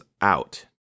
out